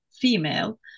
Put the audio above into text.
female